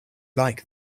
like